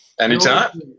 Anytime